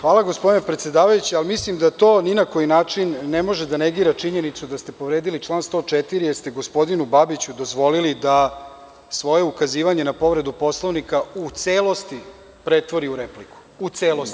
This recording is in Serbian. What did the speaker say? Hvala, gospodine predsedavajući, ali mislim da to ni na koji način ne može da negira činjenicu da ste povredili član 104. jer ste gospodinu Babiću dozvolili da svoje ukazivanje na povredu Poslovnika u celosti pretvori u repliku, u celosti.